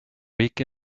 week